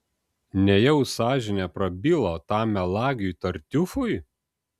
nejau sąžinė prabilo tam melagiui tartiufui